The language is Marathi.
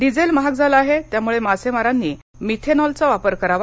डिझेल महाग आहे त्यामुळे मासेमारांनी मिथेनॉलचा वापर करावा